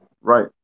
Right